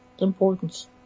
importance